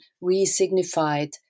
re-signified